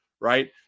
right